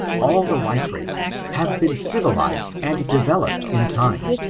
all the white races have been civilised and developed in time,